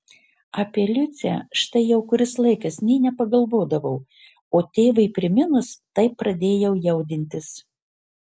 apie liucę štai jau kuris laikas nė nepagalvodavau o tėvui priminus taip pradėjau jaudintis